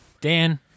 Dan